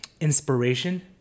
inspiration